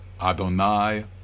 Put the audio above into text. Adonai